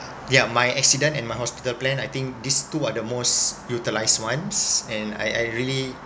yeah my accident and my hospital plan I think these two are the most utilised ones and I I really